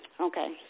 Okay